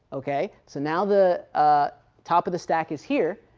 ok. so now the top of the stack is here.